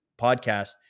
podcast